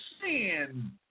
sin